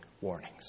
warnings